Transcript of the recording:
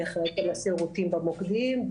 אני אחראית על השירותים במוקדים,